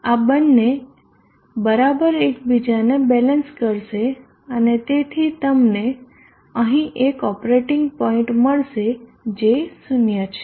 આ બંને બરાબર એકબીજાને બેલેન્સ કરશે અને તેથી તમને અહી એક ઓપરેટીંગ પોઈન્ટ મળશે જે 0 છે